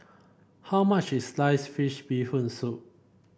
how much is Sliced Fish Bee Hoon Soup